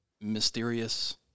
mysterious